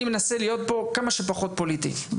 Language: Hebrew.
אני מנסה להיות פה כמה שפחות פוליטי,